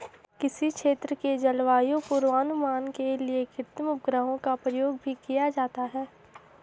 किसी क्षेत्र के जलवायु पूर्वानुमान के लिए कृत्रिम उपग्रहों का प्रयोग भी किया जाता है